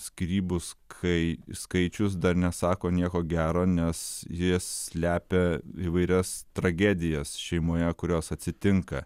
skyrybos kai skaičius dar nesako nieko gero nes jie slepia įvairias tragedijas šeimoje kurios atsitinka